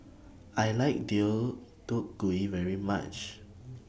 I like Deodeok Gui very much